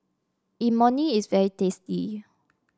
Imoni is very tasty